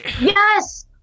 yes